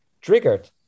triggered